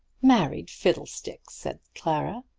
married fiddlestick! said clara.